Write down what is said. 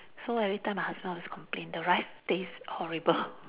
so every time her husband always complain the rice taste horrible